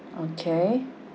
okay